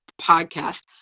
podcast